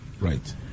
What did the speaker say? Right